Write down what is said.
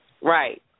Right